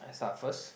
I start first